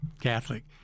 Catholic